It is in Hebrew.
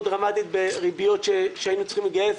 דרמטית בריביות שהיינו צריכים לגייס,